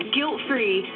Guilt-Free